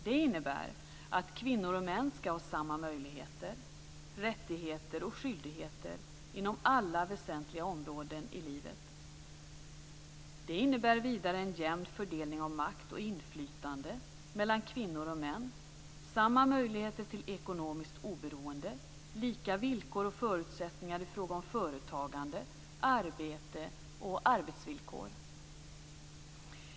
Det innebär att kvinnor och män skall ha samma möjligheter, rättigheter och skyldigheter inom alla väsentliga områden i livet. Det innebär vidare en jämn fördelning av makt och inflytande mellan kvinnor och män, samma möjligheter till ekonomiskt oberoende och lika villkor och förutsättningar i fråga om företagande, arbete och arbetsvillkor.